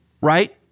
right